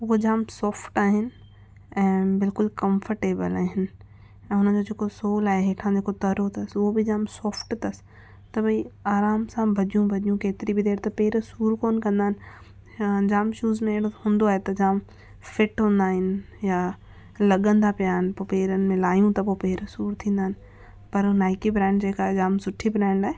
उहो जामु सॉफ़्ट आहिनि ऐं बिल्कुल कंफर्टेबल आहिनि ऐं उन्हनि जो जेको सोल आहे हेठां जेको तरो तस उहो बि जामु सॉफ़्ट अथस त भई आराम सां भॼूं भॼूं केतिरी बि देरि त पेर सूर कोन्ह कंदा आहिनि जामु शूस में एड़ो हुंदो आहे त जामु फ़िट हुंदा आहिनि यां लॻंदा आहिनि पोइ पेरनि में लायूं त पो पेर सूर थींदा आहिनि पर नाईक़ी ब्रांड जेका आहे जामु सुठी ब्रांड आहे